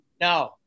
No